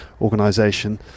organization